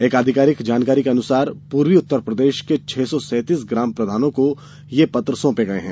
एक आधिकारिक जानकारी के अनुसार पूर्वी उत्तरप्रदेश के छह सौ सैतीस ग्राम प्रधानों को ये पत्र सौंपे गये हैं